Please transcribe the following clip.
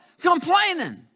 Complaining